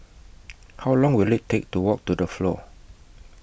How Long Will IT Take to Walk to The Flow